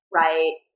right